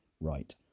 right